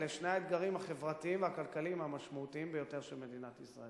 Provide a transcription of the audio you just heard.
שאלה שני האתגרים החברתיים והכלכליים המשמעותיים ביותר של מדינת ישראל.